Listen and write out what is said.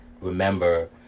remember